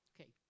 Okay